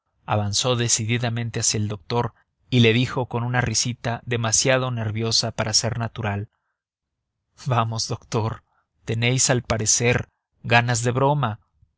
avanzó decididamente hacia el doctor y le dijo con una risita demasiado nerviosa para ser natural vamos doctor tenéis al parecer ganas de broma